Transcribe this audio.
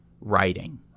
writing